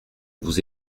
vous